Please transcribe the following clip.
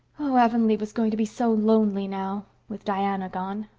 oh, avonlea was going to be so lonely now with diana gone!